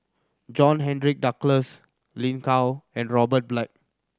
John Henry Duclos Lin Gao and Robert Black